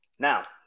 Now